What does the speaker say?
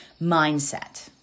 mindset